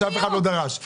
שאף אחד לא דרש.